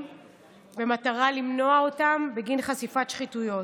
במטרה למנוע אותם בגין חשיפת שחיתויות.